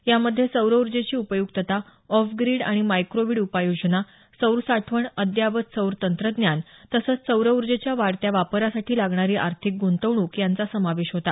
यामध्ये सौर उर्जेची उपय्क्तता ऑफ ग्रीड आणि मायक्रोवीड उपाययोजना सौर साठवण अद्ययावत सौर तंत्रज्ञान तसंच सौर उर्जेच्या वाढत्या वापरासाठी लागणारी आर्थिक गुंतवणूक यांचा समावेश होता